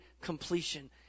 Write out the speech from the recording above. completion